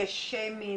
כי יש שיימינג,